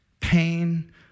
pain